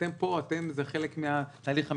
אתם פה, אתם זה חלק מהתהליך המדיני.